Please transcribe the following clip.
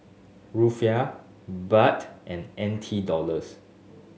Rufiyaa Baht and N T Dollars